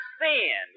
sin